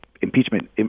impeachment